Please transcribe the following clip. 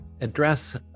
address